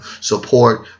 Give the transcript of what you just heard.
Support